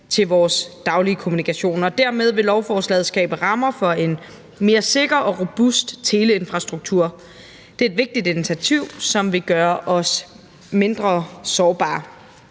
til vores daglige kommunikation. Dermed vil lovforslaget skabe rammer for en mere sikker og robust teleinfrastruktur. Det er et vigtigt initiativ, som vil gøre os mindre sårbare.